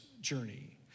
journey